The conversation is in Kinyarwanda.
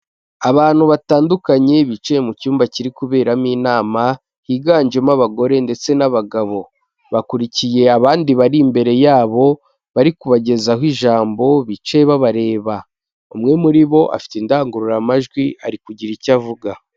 Abantu batandukanye bicaye mu cyumba kiri kuberamo inama higanjemo abagore ndetse n'abagabo bakurikiye abandi bari imbere yabo bari kubagezaho ijambo bicaye babareba, umwe muri bo afite indangururamajwi ari kugira icyo avuga.